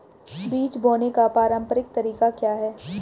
बीज बोने का पारंपरिक तरीका क्या है?